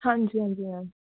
ਹਾਂਜੀ ਹਾਂਜੀ ਮੈਮ